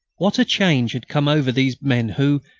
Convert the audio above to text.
what a change had come over these men who,